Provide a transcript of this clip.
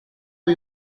are